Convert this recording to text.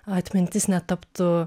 atmintis netaptų